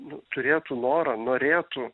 nu turėtų norą norėtų